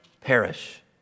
perish